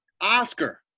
Oscar